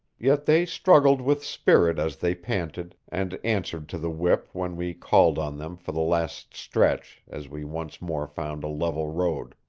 yet they struggled with spirit as they panted, and answered to the whip when we called on them for the last stretch as we once more found a level road.